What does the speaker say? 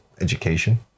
education